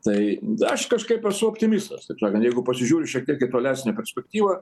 tai daš kažkaip esu optimistas taip sakant jeigu pasižiūri šiek tiek į tolesnę perspektyvą